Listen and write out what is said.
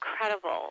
incredible